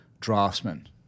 draftsman